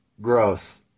gross